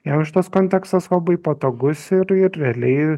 jam šitas kontekstas labai patogus ir ir realiai